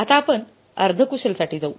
आता आपण अर्ध कुशलसाठी जाऊ